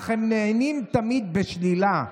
אך הם נענים תמיד בשלילה.